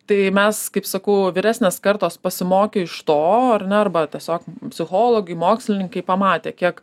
tai mes kaip sakau vyresnės kartos pasimokė iš to ar ne arba tiesiog psichologai mokslininkai pamatė kiek